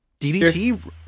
DDT